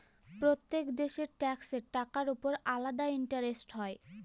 প্রত্যেক দেশের ট্যাক্সের টাকার উপর আলাদা ইন্টারেস্ট হয়